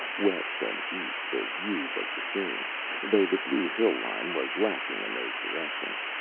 west and east the view was the same though the blue hill-line was lacking in those directions.